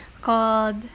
called